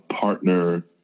partner